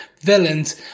villains